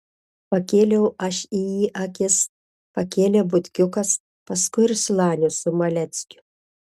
pakėliau aš į jį akis pakėlė butkiukas paskui ir slanius su maleckiu